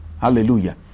Hallelujah